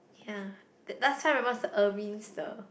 ya last time remember what's the Irving's the